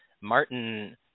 martin